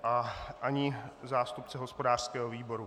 A ani zástupce hospodářského výboru.